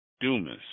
Dumas